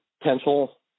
potential